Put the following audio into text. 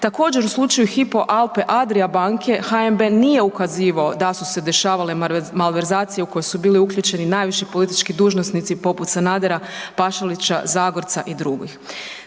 nadzora u slučaju Hypo Alpe-Adria banke kad HNB nije ukazivao da su se dešavale malverzacije u koje su bili uključeni najviši politički dužnosnici poput Sanadera, Pašalića, Zagorca i drugih?